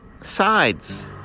sides